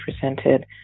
presented